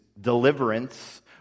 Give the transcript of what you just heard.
deliverance